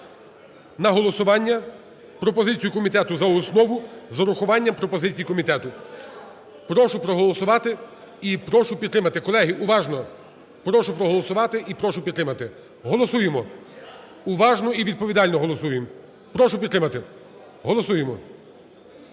на голосування, пропозицію комітету за основу з урахуванням пропозицій комітету. Прошу проголосувати і прошу підтримати. Колеги, уважно. Прошу проголосувати і прошу підтримати. Голосуємо! Уважно і відповідально голосуємо. Прошу підтримати. Голосуємо.